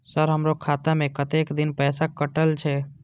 Sir हमारो खाता में कतेक दिन पैसा कटल छे?